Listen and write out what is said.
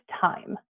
time